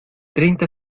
treinta